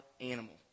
animal